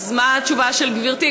אז מה התשובה של גברתי?